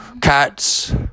cats